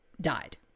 died